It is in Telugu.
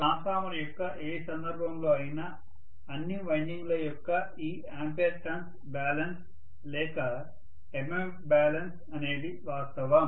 ట్రాన్స్ఫార్మర్ యొక్క ఏ సందర్భంలో అయినా అన్ని వైండింగ్ ల యొక్క ఈ ఆంపియర్ టర్న్స్ బ్యాలెన్స్ లేక MMF బ్యాలెన్స్ అనేది వాస్తవం